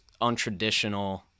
untraditional